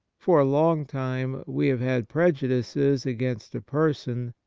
for a long time we have had prejudices against a person.